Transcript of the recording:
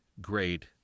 great